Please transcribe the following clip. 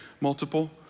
multiple